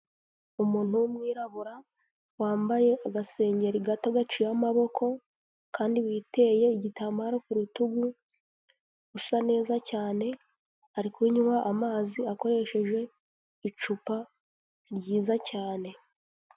Umuntu w'umwirabura wambaye agasengeri gato gaciyeho amaboko kandi witeye igitambaro ku rutugu usa neza cyane, ari kunywa amazi akoresheje icupa ryiza cyane.